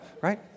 Right